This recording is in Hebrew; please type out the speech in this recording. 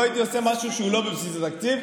לא הייתי עושה משהו שהוא לא בבסיס התקציב.